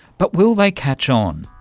but will they catch on,